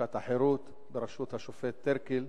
"משט החירות", בראשות השופט טירקל.